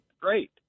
great